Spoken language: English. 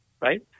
right